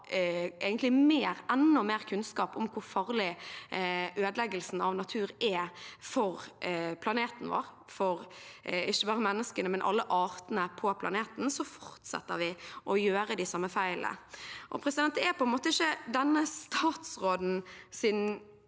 om vi har enda mer kunnskap om hvor farlig ødeleggelsen av natur er for planeten vår – ikke bare for menneskene, men alle artene på planeten – så fortsetter vi å gjøre de samme feilene. Det er ikke denne statsrådens